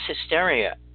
hysteria